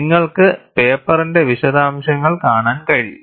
നിങ്ങൾക്ക് പേപ്പറിന്റെ വിശദാംശങ്ങൾ കാണാൻ കഴിയും